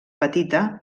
petita